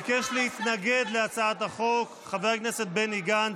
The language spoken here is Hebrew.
ביקש להתנגד להצעת החוק חבר הכנסת בני גנץ.